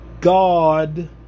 God